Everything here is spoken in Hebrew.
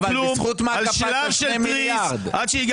בזכות מה זה קפץ?